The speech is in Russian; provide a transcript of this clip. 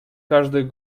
каждое